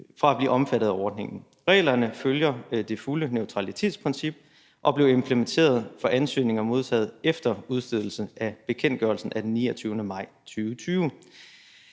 fra at blive omfattet af ordningen. Reglerne følger det fulde neutralitetsprincip og blev implementeret for ansøgninger modtaget efter udstedelsen af bekendtgørelsen af den 29. maj 2020.